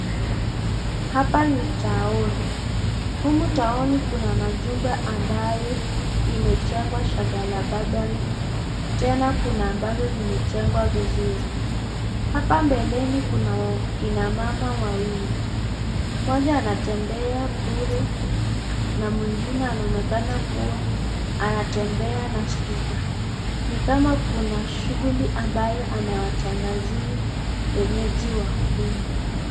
Hapa ni taown . Humu taoni kuna majumba ambayo imejengwa shagalabagala. Tena kuna ambazo zimejengwa vizuri. Hapa mbeleni kuna kina mama wawili. Mmoja anatembea bure na mwingine anaonekana kuwa anatembea na speaker . Ni kama kuna shughuli ambayo anawatangazia wenyeji wa humu.